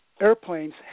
airplanes